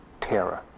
terror